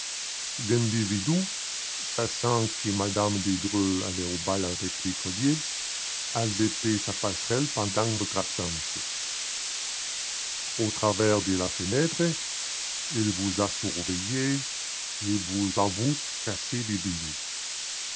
l'individu sachant que mme de dreux allait au bal avec le collier a jeté sa passerelle pendant votre absence au travers de la fenêtre il vous a surveillé et vous a vu cacher le bijou